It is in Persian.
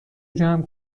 جمع